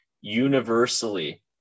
universally